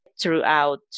throughout